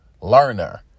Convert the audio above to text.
learner